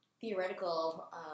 theoretical